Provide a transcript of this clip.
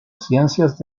ciencias